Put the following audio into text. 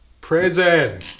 Prison